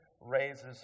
raises